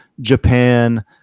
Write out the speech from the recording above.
Japan